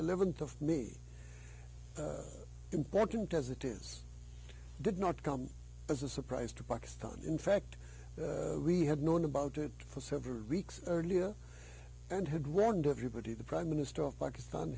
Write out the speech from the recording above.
eleventh of me important as it is did not come as a surprise to pakistan in fact we had known about it for several weeks earlier and had wronged everybody the prime minister of pakistan